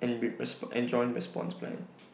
in response in joint response plans